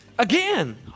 Again